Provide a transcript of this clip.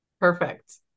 Perfect